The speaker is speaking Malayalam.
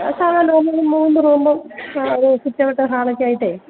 സാധാരണ മൂന്ന് റൂമും സിറ്റൌട്ട് ഹാൾ ഒക്കെ ആയിട്ട്